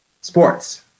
Sports